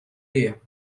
ehe